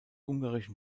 ungarischen